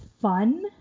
fun